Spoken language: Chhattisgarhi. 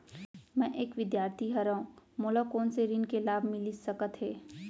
मैं एक विद्यार्थी हरव, मोला कोन से ऋण के लाभ मिलिस सकत हे?